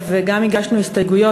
וגם הגשנו הסתייגויות,